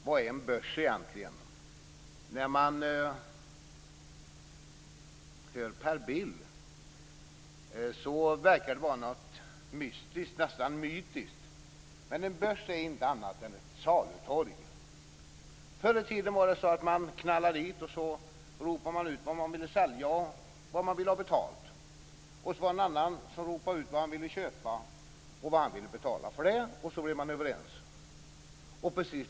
Herr talman! Vad är en börs? Enligt Per Bill är det något mystiskt, nästan mytiskt. En börs är ingenting annat än ett salutorg. Förr i tiden knallade man dit och ropade ut vad man ville sälja och vad man ville ha betalt. Någon annan ropade ut vad han ville köpa och vad han ville betala för det. Sedan kom man överens.